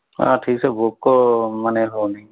ନାଁ ଠିକ୍ସେ ଭୋକ ମାନେ ହେଉନି